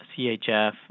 CHF